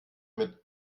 mit